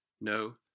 No